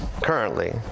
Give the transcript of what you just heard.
currently